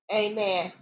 amen